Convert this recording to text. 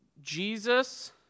Jesus